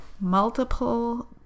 multiple